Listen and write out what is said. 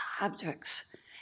objects